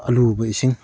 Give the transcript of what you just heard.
ꯑꯔꯨꯕ ꯏꯁꯤꯡ